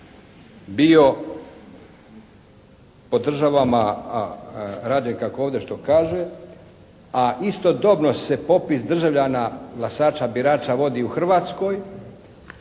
bio ko' državama, rade kako ovdje što kaže, a istodobno se popis državljana glasača birača vodi u Hrvatskoj,